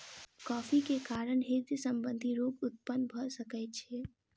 coffee के कारण हृदय संबंधी रोग उत्पन्न भअ सकै छै